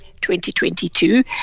2022